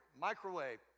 Microwave